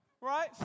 right